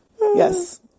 yes